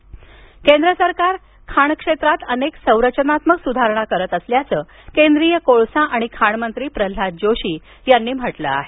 खाण केंद्र सरकार सरकार खाण क्षेत्रात अनेक संरचनात्मक सुधारणा करत असल्याचं केंद्रीय कोळसा आणि खाण मंत्री प्रल्हाद जोशी यांनी म्हटलं आहे